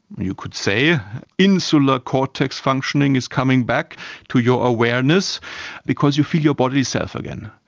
you could say insular cortex functioning is coming back to your awareness because you feel your bodily self again.